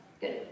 Good